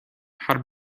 had